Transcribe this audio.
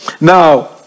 Now